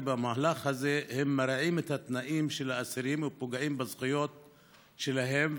כי במהלך הזה מרעים את התנאים של האסירים ופוגעים בזכויות שלהם,